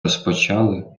розпочали